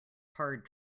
hard